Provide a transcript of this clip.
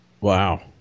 Wow